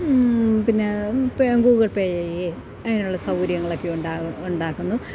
പിന്നേ pay Google pay ചെയ്യുകയും അതിനുള്ള സൗകര്യങ്ങളൊക്കെയുണ്ടാകും ഉണ്ടാക്കുന്നു